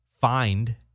find